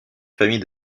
famille